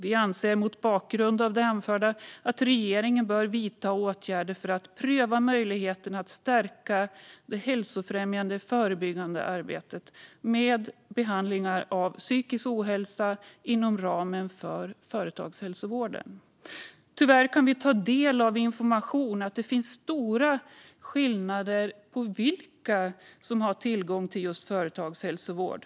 Vi anser mot bakgrund av det som jag har anfört att regeringen bör vidta åtgärder för att pröva möjligheterna att stärka det hälsofrämjande och förebyggande arbetet med behandlingar av psykisk ohälsa inom ramen för företagshälsovården. Tyvärr kan vi ta del av information om att det finns stora skillnader i fråga om vilka som har tillgång till just företagshälsovård.